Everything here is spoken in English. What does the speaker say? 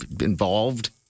involved